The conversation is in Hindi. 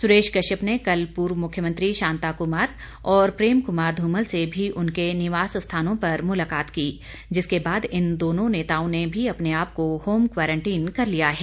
सुरेश कश्यप ने कल पूर्व मुख्यमंत्री शांता कुमार और प्रेम कुमार धूमल से भी उनके निवास स्थानों पर मुलाकात की जिसके बाद इन दोनों नेताओं ने भी अपने आप को होम क्वारंटीन कर लिया है